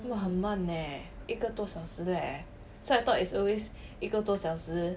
!wah! 很慢 leh 一个多小时 leh so I thought it's always 一个多小时